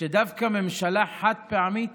שדווקא ממשלה חד-פעמית